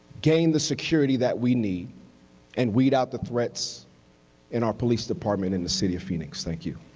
gain the security that we need and weed out the threats in our police department and the city of phoenix. thank you.